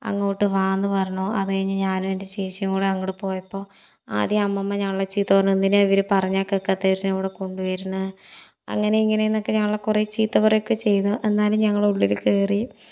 അങ്ങോട്ട് വായെന്നു പറഞ്ഞു അതുകഴിഞ്ഞ് ഞാനും എൻ്റെ ചേച്ചിയും കൂടി അങ്ങോട്ട് പോയപ്പോൾ ആദ്യം അമ്മുമ്മ ഞങ്ങളെ ചീത്തപറഞ്ഞു എന്തിനാ ഇവരെ പറഞ്ഞാൽ കേൾക്കാത്തവരിനെ ഇവിടെ കൊണ്ട് വരണെ അങ്ങനെ ഇങ്ങനേ എന്നൊക്കെ ഞങ്ങളെ കുറേ ചീത്ത പറയുവൊക്കെ ചെയ്തു എന്നാലും ഞങ്ങൾ ഉള്ളിൽ കയറി